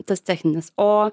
tas techninis o